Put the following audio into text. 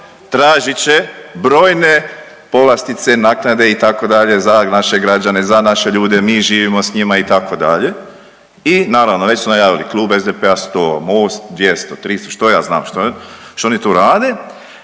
tražit će brojne povlastice, naknade itd. za naše građane, za naše ljude mi živimo s njima itd., i naravno već su najavili klub SDP-a 100, Most 200, 300 što ja znam što oni tu rade.